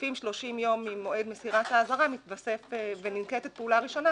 וכשחולפים 30 יום ממועד מסירת האזהרה וננקטת פעולה ראשונה,